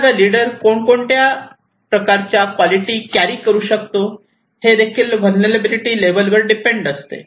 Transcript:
एखादा लीडर कोणकोणत्या प्रकारच्या क्वालिटी कॅरी करू शकतो हे देखील व्हलनेरलॅबीलीटी लेवल वर डिपेंड आहे